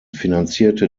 finanzierte